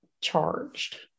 charged